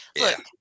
look